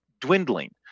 dwindling